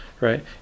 right